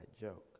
joke